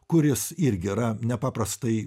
kuris irgi yra nepaprastai